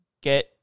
get